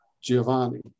Giovanni